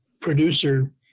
producer